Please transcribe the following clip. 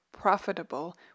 profitable